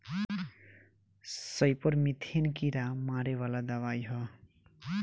सईपर methane कीड़ा मारे वाला दवाई ह